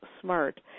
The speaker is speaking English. smart